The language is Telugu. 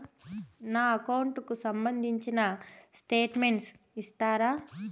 నా అకౌంట్ కు సంబంధించిన స్టేట్మెంట్స్ ఇస్తారా